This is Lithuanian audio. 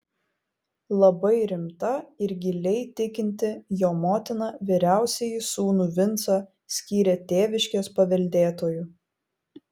labai rimta ir giliai tikinti jo motina vyriausiąjį sūnų vincą skyrė tėviškės paveldėtoju